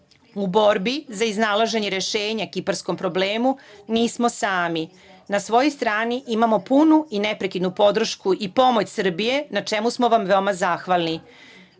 borbi za iznalaženje rešenja kiparskom problemu nismo sami na svojoj strani imamo punu i neprekidnu podršku i pomoć Srbije na čemu smo vam veoma zahvalni,